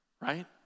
right